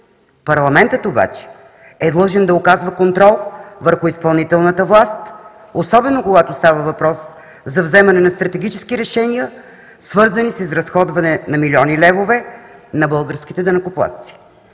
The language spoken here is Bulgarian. Парламентът обаче е длъжен да оказва контрол върху изпълнителната власт, особено когато става въпрос за вземане на стратегически решения, свързани с изразходване на милиони левове на българските данъкоплатци.